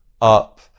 up